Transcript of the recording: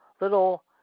little